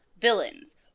villains